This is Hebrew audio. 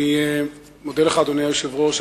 אני מודה לך, אדוני היושב-ראש.